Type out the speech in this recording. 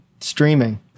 streaming